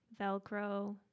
Velcro